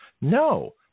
No